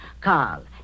Carl